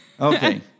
okay